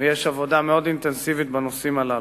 ויש עבודה מאוד אינטנסיבית בנושאים הללו.